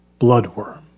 Bloodworm